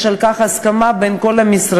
יש על כך הסכמה בין כל המשרדים,